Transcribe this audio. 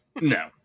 No